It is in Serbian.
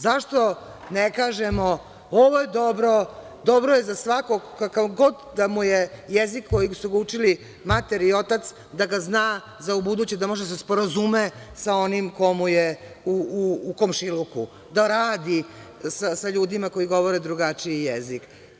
Zašto ne kažemo – ovo je dobro, dobro je za svakog, kakav god da mu je jezik kojim su ga učili mater i otac, da ga zna za ubuduće, da može da se sporazume sa onim ko mu je u komšiluku, da radi sa ljudima koji govore drugačiji jezik?